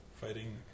fighting